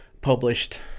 published